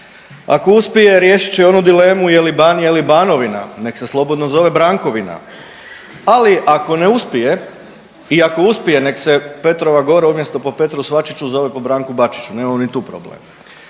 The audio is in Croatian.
Ako uspije riješit će onu dilemu je li Banija ili Banovina nek se slobodno zove brankovina, ali ako ne uspije i ako uspije nek se Petrova Gora umjesto po Petru Svačiću zove po Branku Bačiću. Ali ako ne